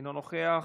אינו נוכח,